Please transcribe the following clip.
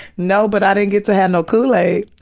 no, but i didn't get to have no kool-aid,